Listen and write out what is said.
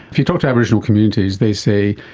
if you talk to aboriginal communities, they say,